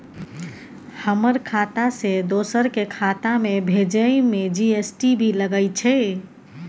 हमर खाता से दोसर के खाता में भेजै में जी.एस.टी भी लगैछे?